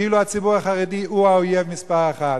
כאילו הציבור החרדי הוא האויב מספר אחת.